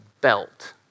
belt